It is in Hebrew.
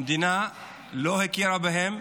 המדינה לא מכירה בהם,